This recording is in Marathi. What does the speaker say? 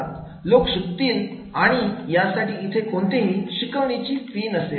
लोक शिकतील आणि यासाठी इथे कोणतीही शिकवणीची फी नसेल